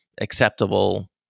acceptable